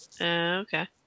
Okay